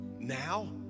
now